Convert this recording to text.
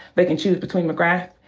they can choose between mcgrath.